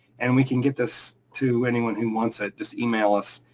and we can get this to anyone who wants it, just email us.